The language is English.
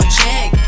check